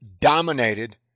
dominated